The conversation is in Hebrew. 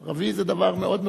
"ערבי" זה דבר מאוד מכובד.